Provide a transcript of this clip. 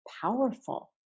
powerful